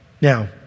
Now